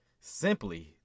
Simply